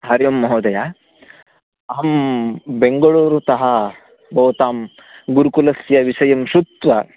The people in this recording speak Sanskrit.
हरि ओं महोदयः अहं बेङ्गळूरुतः भवतां गुरुकुलस्य विषयं श्रुत्वा